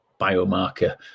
biomarker